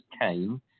came